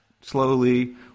slowly